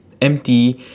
empty